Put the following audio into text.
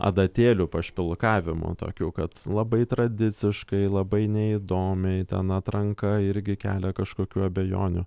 adatėlių pašpilkavimų tokių kad labai tradiciškai labai neįdomiai ten atranka irgi kelia kažkokių abejonių